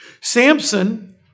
Samson